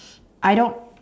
I don't